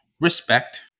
Respect